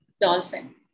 Dolphin